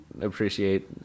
appreciate